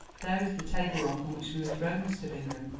there is the table rock on which we were thrown, mr. bingham,